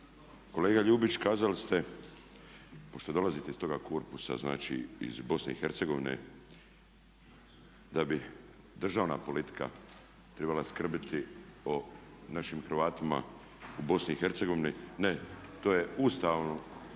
Kolega Ljubić kazali ste, pošto dolazite iz toga korpusa, znači iz BiH, da bi državna politika trebala skrbiti o našim Hrvatima u BiH. Ne, to je ustavna